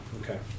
okay